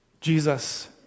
Jesus